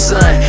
Sun